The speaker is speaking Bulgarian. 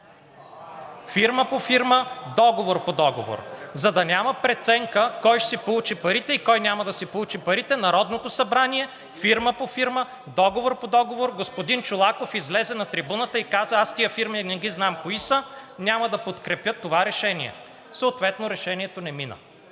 фирма по фирма, договор по договор, за да няма преценка кой ще си получи парите и кой няма да си получи парите. Народното събрание – фирма по фирма, договор по договор! Господин Чолаков излезе на трибуната и каза: „Аз тези фирми не ги знам кои са, няма да подкрепя това решение.“ Съответно решението не мина.